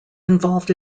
involved